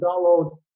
download